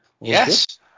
Yes